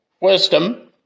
wisdom